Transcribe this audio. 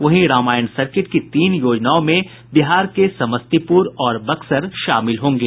वहीं रामायण सर्किट की तीन योजनाओं में बिहार के समस्तीपुर और बक्सर शामिल होंगे